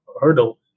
hurdle